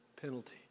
penalty